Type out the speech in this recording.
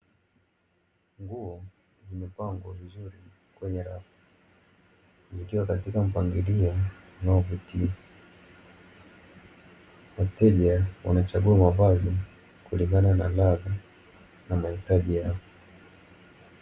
Nguzo limepangwa vizuri kwenye rafu zikiwa katika mpangilio unaovutia wateja, wanachaguwa mavazi kulingana na mahitaji yao.